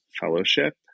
Fellowship